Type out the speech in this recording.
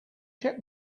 check